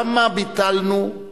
למה ביטלנו?